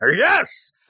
Yes